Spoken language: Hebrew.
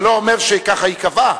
זה לא אומר שככה היא קבעה,